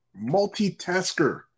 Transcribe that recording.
multitasker